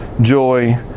joy